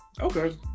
Okay